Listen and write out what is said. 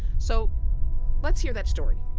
so let's hear that story.